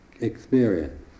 experience